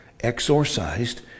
exorcised